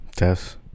yes